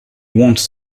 wants